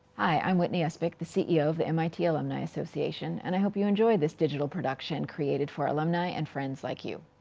i'm whitney espich, the ceo of the mit alumni association and i hope you enjoy this digital production created for alumni and friends like you.